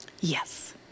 Yes